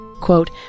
quote